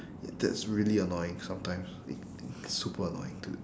that's really annoying sometimes eh super annoying dude